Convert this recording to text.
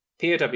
POW